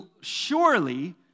surely